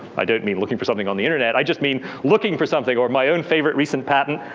i don't mean looking for something on the internet. i just mean looking for something. or my own favorite recent patent,